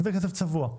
כי זה כסף צבוע.